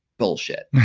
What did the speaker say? bullshit!